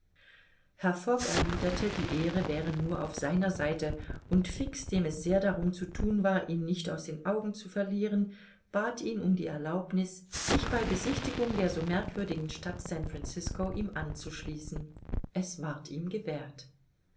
erwiderte die ehre wäre nur auf seiner seite und fix dem es sehr darum zu thun war ihn nicht aus den augen zu verlieren bat ihn um die erlaubniß sich bei besichtigung der so merkwürdigen stadt san francisco ihm anzuschließen es ward ihm gewährt